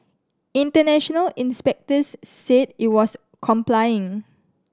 international inspectors said it was complying